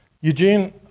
Eugene